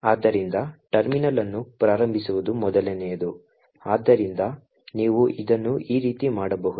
ಆದ್ದರಿಂದ ಟರ್ಮಿನಲ್ ಅನ್ನು ಪ್ರಾರಂಭಿಸುವುದು ಮೊದಲನೆಯದು ಆದ್ದರಿಂದ ನೀವು ಇದನ್ನು ಈ ರೀತಿ ಮಾಡಬಹುದು